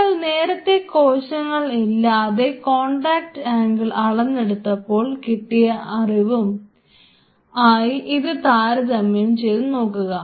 നിങ്ങൾ നേരത്തെ കോശങ്ങൾ ഇല്ലാതെ കോൺടാക്ട് ആംഗിൾ അളന്നെടുത്തപ്പോൾ കിട്ടിയ അറിവും ആയി ഇത് താരതമ്യം ചെയ്തു നോക്കുക